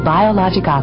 Biologic